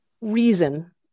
reason